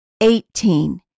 Eighteen